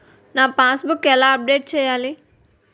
నా passbook ఎలా update చేయాలి?